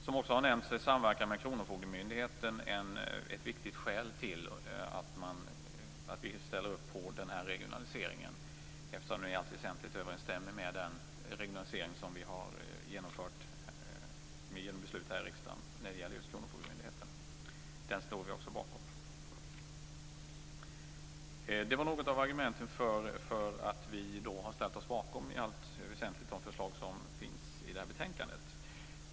Som också har nämnts är samverkan med kronofogdemyndigheten ett viktigt skäl till att vi ställer upp på regionaliseringen, i och med att den i allt väsentligt överensstämmer med den regionalisering som riksdagen har fattat beslut om vad gäller just kronofogdemyndigheten. Den stod vi också bakom. Det var några av argumenten för att vi i allt väsentligt har ställt oss bakom förslagen i betänkandet.